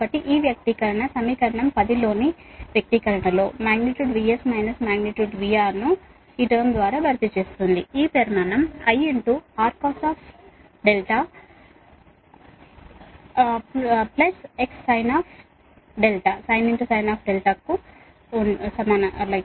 కాబట్టి ఈ వ్యక్తీకరణ సమీకరణం 10 లోని ఈ వ్యక్తీకరణ లో magnitude VS minus magnitude VR ను ఈ పదం ద్వారా భర్తీ చేస్తుంది ఆ magnitude I Rcos cos δ Xsinsin δ